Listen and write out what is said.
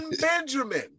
Benjamin